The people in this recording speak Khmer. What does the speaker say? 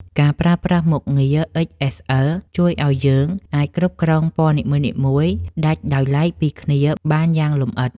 ការប្រើប្រាស់មុខងារ អេច-អេស-អិល ជួយឱ្យយើងអាចគ្រប់គ្រងពណ៌នីមួយៗដាច់ដោយឡែកពីគ្នាបានយ៉ាងលម្អិត។